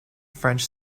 french